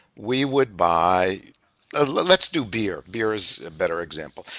we would buy let's do beer. beer is a better example.